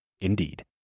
Indeed